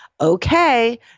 okay